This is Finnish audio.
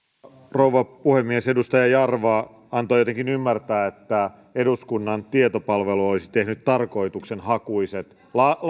rouva puhemies edustaja jarva antoi jotenkin ymmärtää että eduskunnan tietopalvelu olisi tehnyt tarkoitushakuiset